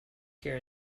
here